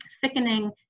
thickening